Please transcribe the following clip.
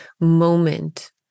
moment